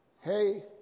Hey